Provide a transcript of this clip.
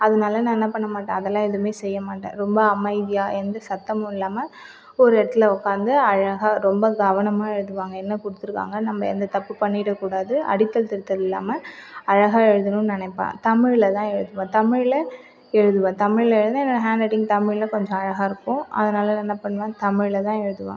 அதனால நான் என்ன பண்ணமாட்டேன் அதுலாம் எதுவுமே செய்ய மாட்டேன் ரொம்ப அமைதியாக எந்த சத்தமும் இல்லாமல் ஒரு இடத்தில் உட்காந்து அழகாக ரொம்ப கவனமாக எழுதுவாங்கள் என்ன கொடுத்துருக்காங்க நம்ம எந்த தப்பு பண்ணிட கூடாது அடித்தல் திருத்தல் இல்லாமல் அழகாக எழுதணும்னு நினப்பேன் தமிழில் தான் எழுதுவேன் தமிழில் எழுதுவேன் தமிழில் எழுதுனா என்னோட ஹண்ட் ரைட்டிங் தமிழ்னு கொஞ்சம் அழகாக இருக்கும் அதனால் நான் என்ன பண்ணுவேன் தமிழில் தான் எழுதுவேன்